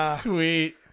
Sweet